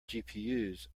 gpus